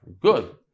good